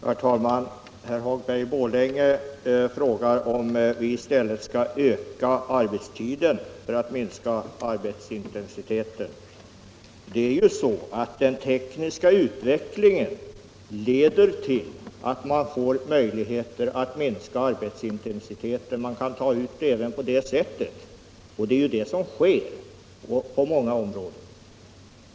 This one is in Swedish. Herr talman! Herr Hagberg i Borlänge frågar om vi i stället skall öka arbetstiden för att minska arbetsintensiteten. Det är så att den tekniska utvecklingen leder till att man får möjligheter att minska arbetsintensiteten, och det är vad som sker på många områden.